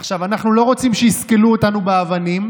עכשיו, אנחנו לא רוצים שיסקלו אותנו באבנים,